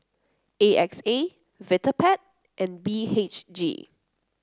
A X A Vitapet and B H G